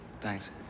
thanks